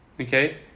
okay